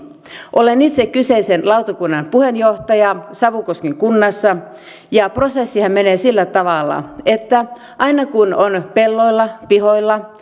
olen itse kyseisen lautakunnan puheenjohtaja savukosken kunnassa ja prosessihan menee sillä tavalla että aina kun on pelloilla pihoilla